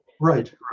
Right